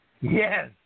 Yes